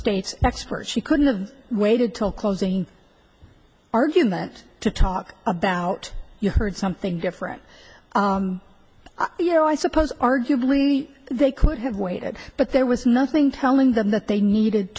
state's expert she couldn't of waited till closing argument to talk about you heard something different you know i suppose arguably they could have waited but there was nothing telling them that they needed